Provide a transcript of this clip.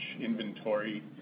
inventory